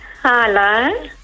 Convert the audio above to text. Hello